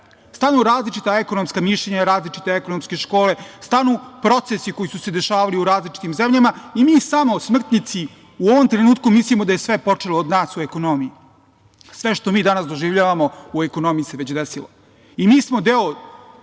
stanu različita ekonomska mišljenja, različite ekonomske škole, stanu procesi koji su se dešavali u različitim zemljama i mi smrtnici u ovom trenutku mislimo da je sve počelo od nas u ekonomiji. Sve što mi danas doživljavamo u ekonomiji se već desilo. Mi smo deo